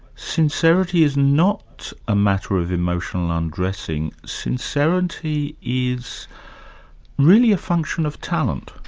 sincerity is not a matter of emotional undressing, sincerity is really a function of talent,